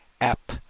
app